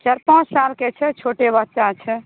चारि पाँच साल के छै छोटे बच्चा छै